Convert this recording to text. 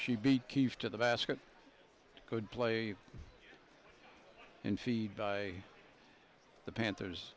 she beat keef to the basket good play in feed by the panthers